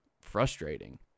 frustrating